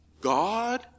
God